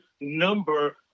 number